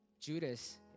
Judas